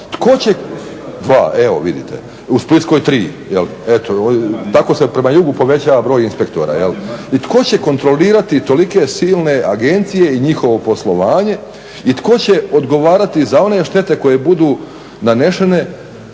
ima dva, dva evo vidite, u Splitskoj eto, tako se prema jugu povećava broj inspektora i tko će kontrolirati tolike silne agencije i njihovo poslovanje i tko će odgovarati za one štete koje budu nanešene